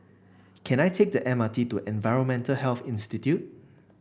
can I take the M R T to Environmental Health Institute